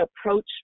approach